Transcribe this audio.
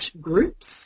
groups